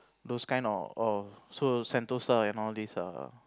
those kind of of so sentosa and all these ah